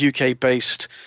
uk-based